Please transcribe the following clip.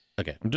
Okay